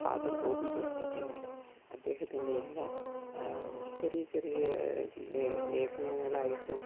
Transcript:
father Bobby Jose Kattekad അദ്ദേഹത്തിൻ്റെ എല്ലാ ചെറിയ ചെറിയ ലെ ലേഖനങ്ങളായിട്ടും